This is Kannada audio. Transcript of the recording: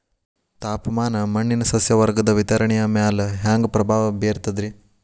ತಾಪಮಾನ ಮಣ್ಣಿನ ಸಸ್ಯವರ್ಗದ ವಿತರಣೆಯ ಮ್ಯಾಲ ಹ್ಯಾಂಗ ಪ್ರಭಾವ ಬೇರ್ತದ್ರಿ?